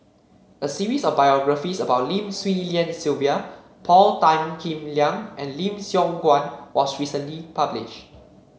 a series of biographies about Lim Swee Lian Sylvia Paul Tan Kim Liang and Lim Siong Guan was recently publish